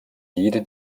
jede